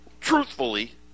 truthfully